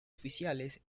oficiales